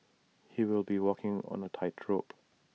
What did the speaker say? he'll be walking on A tightrope